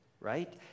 right